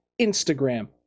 Instagram